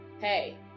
hey